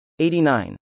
89